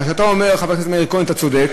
מה שאתה אומר, חבר הכנסת מאיר כהן, אתה צודק.